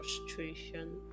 frustration